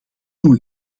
doe